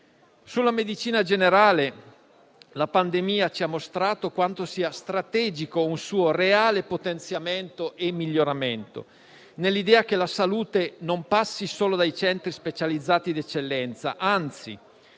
Sulla medicina generale la pandemia ci ha mostrato quanto siano strategici un suo reale potenziamento e miglioramento, nell'idea che la salute non passi solo dai centri specializzati in eccellenza; anzi,